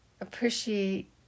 appreciate